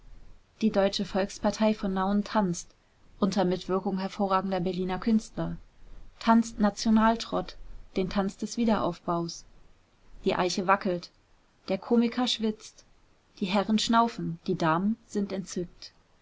die deutsche volkspartei von nauen tanzt unter mitwirkung hervorragender berliner künstler tanzt national-trott den tanz des wiederaufbaus die eiche wackelt der komiker schwitzt die herren schnaufen die damen sind entzückt